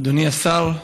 אדוני השר,